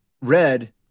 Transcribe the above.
Red